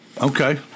Okay